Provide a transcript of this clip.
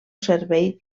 servei